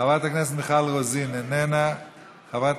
חברת